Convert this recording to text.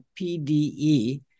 PDE